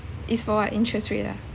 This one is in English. is for what interest rate ah